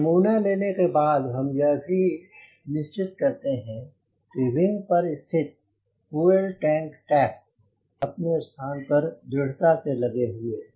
नाममोने लेने के बाद हम यह भी निश्चित करते हैं कि विंग पर स्थित फ्यूल टैंक कैप्स अपने स्थान पर दृढ़ता से लगे हैं